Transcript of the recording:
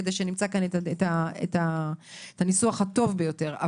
כדי למצוא את הניסוח הטוב ביותר.